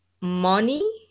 money